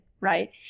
right